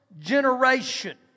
generation